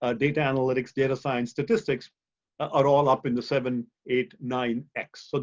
ah data analytics, data science, statistics are all up in the seven, eight, nine x. but